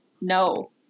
No